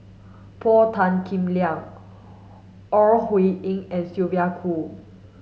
Paul Tan Kim Liang Ore Huiying and Sylvia Kho